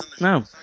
No